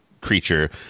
creature